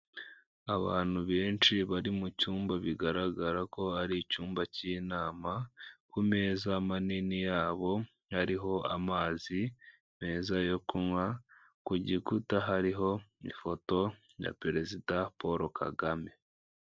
Abantu benshi bari mucyumba bigaragara ko hari icyumba cy'inama, kumeza manini yabo hariho amazi meza yo kunywa, kugikuta hariho ifoto ya perezida Paul Kagame